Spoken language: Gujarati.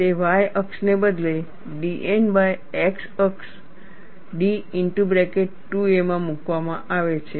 તે y અક્ષને બદલે dN બાય x અક્ષ d માં મૂકવામાં આવે છે